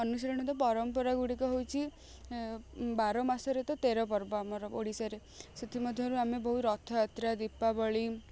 ଅନୁସରଣୀତ ପରମ୍ପରା ଗୁଡ଼ିକ ହଉଛି ବାରମାସରେ ତ ତେର ପର୍ବ ଆମର ଓଡ଼ିଶାରେ ସେଥିମଧ୍ୟରେ ଆମେ ବହୁତ ରଥଯାତ୍ରା ଦୀପାବଳି